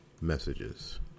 messages